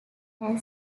aired